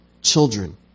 children